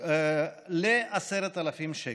ל-10,000 שקל.